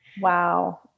Wow